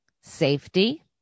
safety